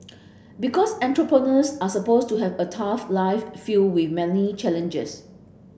because entrepreneurs are supposed to have a tough life filled with many challenges